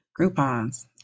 Groupons